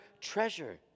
treasure